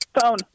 Phone